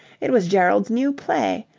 it was gerald's new play.